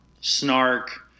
Snark